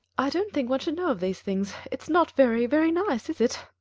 i don't think one should know of these things. it is not very, very nice, is it?